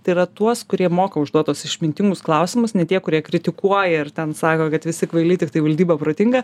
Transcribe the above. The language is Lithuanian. tai yra tuos kurie moka užduot tuos išmintingus klausimus ne tie kurie kritikuoja ir ten sako kad visi kvailiai tiktai valdyba protinga